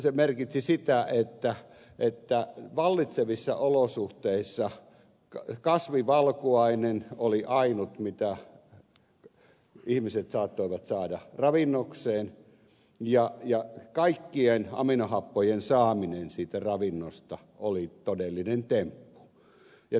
se merkitsi sitä että vallitsevissa olosuhteissa kasvivalkuainen oli ainut mitä ihmiset saattoivat saada ravinnokseen ja kaikkien aminohappojen saaminen siitä ravinnosta oli todellinen temppu